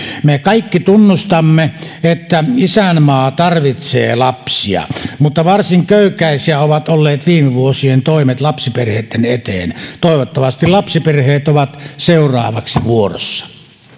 me kaikki tunnustamme että isänmaa tarvitsee lapsia mutta varsin köykäisiä ovat olleet viime vuosien toimet lapsiperheitten eteen toivottavasti lapsiperheet ovat seuraavaksi vuorossa